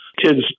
kids